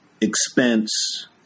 Expense